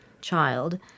child